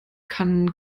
kann